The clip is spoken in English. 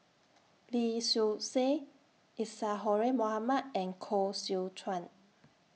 Lee Seow Ser Isadhora Mohamed and Koh Seow Chuan